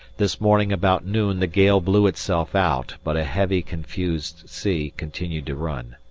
this morning about noon the gale blew itself out, but a heavy confused sea continued to run.